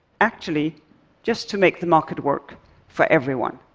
actually just to make the market work for everyone.